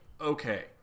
Okay